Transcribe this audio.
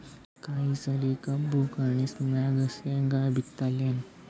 ಅಕ್ಕ ಈ ಸಲಿ ಕಬ್ಬು ಕಟಾಸಿದ್ ಮ್ಯಾಗ, ಶೇಂಗಾ ಬಿತ್ತಲೇನು?